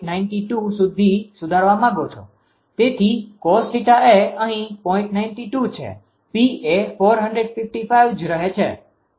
92 સુધી સુધારવા માંગો છો